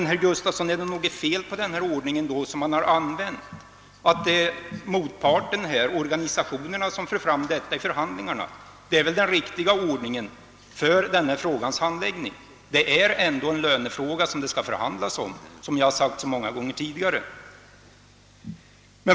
Ja, herr Gustavsson, men är det något fel på den ordning, som man tillämpar, nämligen att motparten, organisationerna, för fram detta i förhandlingarna? Det är väl den riktiga ordningen för denna frågas handläggning. Det är ändå en lönefråga som det skall förhandlas om, vilket jag så många gånger tidigare påpekat.